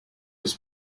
his